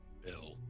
Bill